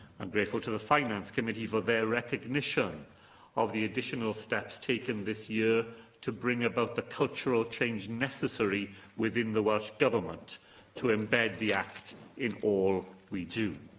and therefore to the finance committee for their recognition of the additional steps taken this year to bring about the cultural change necessary within the welsh government to embed the act in all we do.